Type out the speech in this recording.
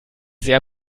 sehr